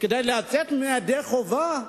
כדי לצאת ידי חובה,